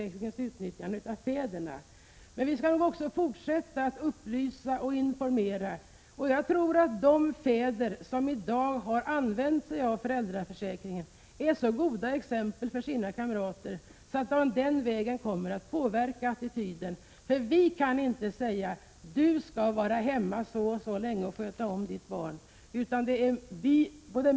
1986/87:122 fäderna att utnyttja föräldraförsäkringen. Vi bör fortsätta att upplysa och — 13 maj 1987 informera. Jag tror att de fäder som i dag använt sig av föräldraförsäkringen är så goda exempel för sina kamrater, att vi på den vägen kan påverka attityderna. Vi kan inte säga: Du skall vara hemma så och så länge och sköta om dina barn.